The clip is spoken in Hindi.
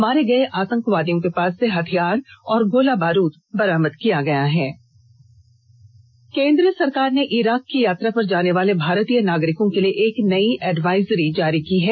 मारे गर्य आतंकवादियों के पास से हथियार और गोला बारूद बरामद किया गया है केंद्र सरकार ने इराक की यात्रा पर जाने वाले भारतीय नागरिकों के लिए एक नई एडवाइजरी जारी की है